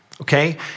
okay